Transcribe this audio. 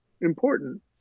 important